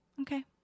okay